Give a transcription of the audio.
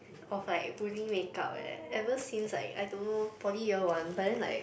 of like putting makeup eh ever since like I don't know poly year one but then like